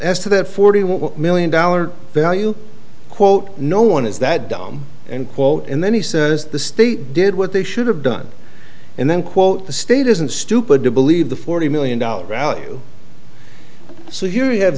to that forty one million dollar value quote no one is that dumb and quote and then he says the state did what they should have done and then quote the state isn't stupid to believe the forty million dollar value so he